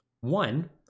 One